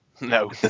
no